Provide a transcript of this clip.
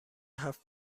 هفت